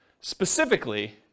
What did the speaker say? specifically